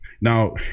Now